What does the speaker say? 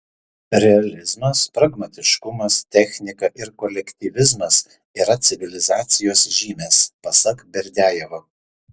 realizmas pragmatiškumas technika ir kolektyvizmas yra civilizacijos žymės pasak berdiajevo